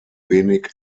wenig